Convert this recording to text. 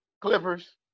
Clippers